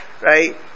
right